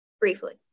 Briefly